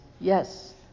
Yes